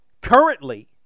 Currently